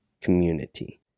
community